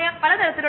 ഇതൊരു സിലിണ്ടറാണ്